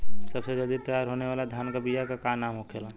सबसे जल्दी तैयार होने वाला धान के बिया का का नाम होखेला?